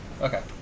Okay